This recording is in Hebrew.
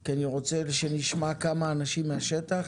כי אני רוצה שנשמע כמה אנשים מהשטח